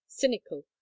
cynical